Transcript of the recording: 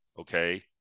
okay